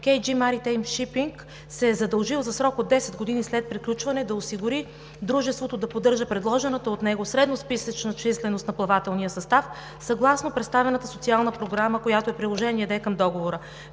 Шипинг“ АД се е задължил за срок от 10 години след приключване да осигури дружеството да поддържа предложената от него средносписъчна численост на плавателния състав съгласно представената социална програма, която е Приложение D към Договора.